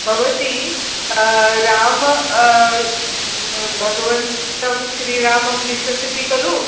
भवती रामं भगवन्तं श्रीरामं विश्वसिति खलु